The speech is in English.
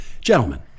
Gentlemen